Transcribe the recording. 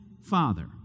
Father